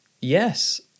Yes